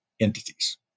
entities